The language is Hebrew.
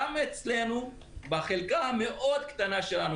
גם אצלנו בחלקה המאוד קטנה שלנו,